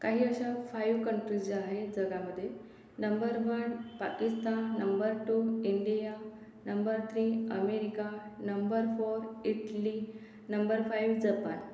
काही अशा five countries आहेत जगामधे number one Pakistan number two India number three America number four Italy number five Japan